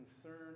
concern